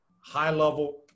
high-level